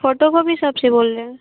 photo copy shop سے بول رہے ہیں